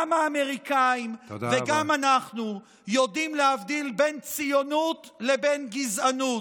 גם האמריקאים וגם אנחנו יודעים להבדיל בין ציונות לבין גזענות,